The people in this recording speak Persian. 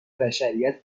بشریت